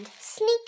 Sneak